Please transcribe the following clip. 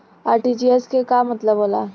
RTGS के का मतलब होला?